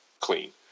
clean